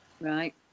right